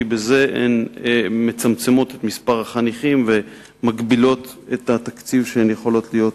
כי בזה הן מצמצמות את מספר החניכים ומגבילות את התקציב שהן יכולות להיות